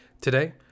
Today